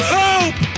hope